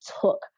took